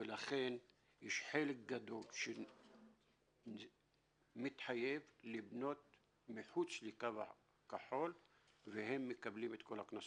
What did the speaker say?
ולכן חלק גדול מתחייב לבנות מחוץ לקו הכחול והם מקבלים את כל הקנסות.